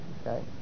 Okay